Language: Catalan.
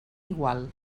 igual